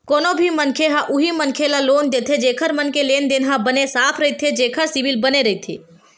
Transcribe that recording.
कोनो भी मनखे ह उही मनखे ल लोन देथे जेखर मन के लेन देन ह बने साफ रहिथे जेखर सिविल बने रहिथे